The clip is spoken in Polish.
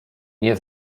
nie